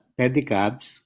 pedicabs